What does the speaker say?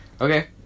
Okay